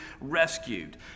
rescued